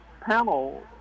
panel